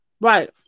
right